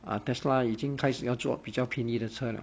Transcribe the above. uh tesla 已经开始要做比较便宜的车 lah